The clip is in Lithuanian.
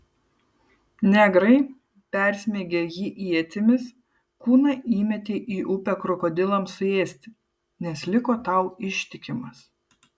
negrai persmeigę jį ietimis kūną įmetė į upę krokodilams suėsti nes liko tau ištikimas